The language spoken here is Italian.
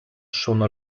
sono